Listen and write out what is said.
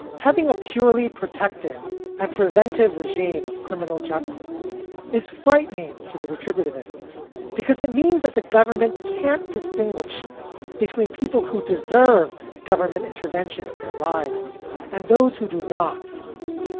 having a purely protective and preventive regime of criminal justice is frightening to the retributive us because it means that the government can't distinguish between people who deserve government intervention in their lives and those who do not.